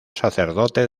sacerdote